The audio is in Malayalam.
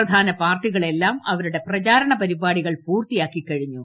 പ്രധാന പാർട്ടിക ളെല്ലാം അവരുടെ പ്രചാരണ പരിപ്പാടികൾ പൂർത്തിയാക്കി കഴി ഞ്ഞു